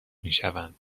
میشوند